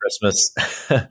Christmas